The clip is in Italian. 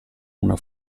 una